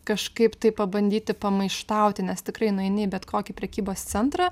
kažkaip tai pabandyti pamaištauti nes tikrai nueini į bet kokį prekybos centrą